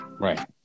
Right